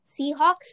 Seahawks